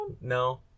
No